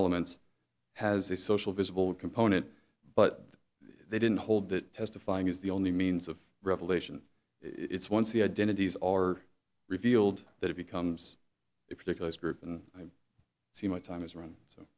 elements has a social visible component but they didn't hold that testifying is the only means of revelation it's once the identities are revealed that it becomes a particular group and i see my time is run so